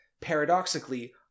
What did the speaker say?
paradoxically